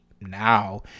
now